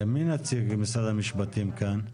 מי נציג משרד המשפטים כאן?